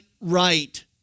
right